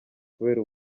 kubera